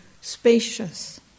spacious